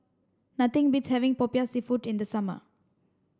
nothing beats having Popiah Seafood in the summer